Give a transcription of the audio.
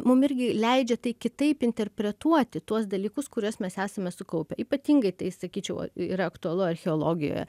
mum irgi leidžia tai kitaip interpretuoti tuos dalykus kuriuos mes esame sukaupę ypatingai tai sakyčiau yra aktualu archeologijoje